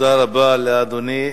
תודה רבה לאדוני.